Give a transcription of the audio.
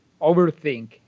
overthink